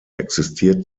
existiert